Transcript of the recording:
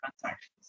transactions